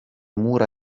mura